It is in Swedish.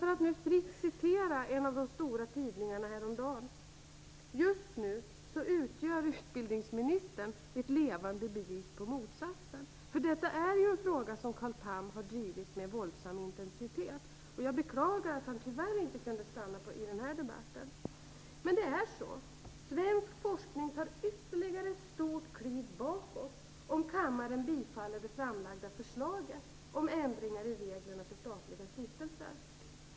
För att fritt citera vad en av de stora tidningarna skrev häromdagen kan jag säga att utbildningsministern just nu utgör ett levande bevis på motsatsen. Detta är en fråga som Carl Tham har drivit med våldsam intensitet. Jag beklagar att han inte kunde stanna och delta i debatten. Svensk forskning tar ytterligare ett stort kliv bakåt om kammaren bifaller det framlagda förslaget om ändringar i reglerna för statliga stiftelser.